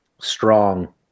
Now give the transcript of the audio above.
strong